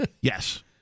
yes